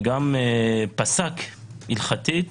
הוא גם פסק הלכתית